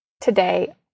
today